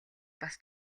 бас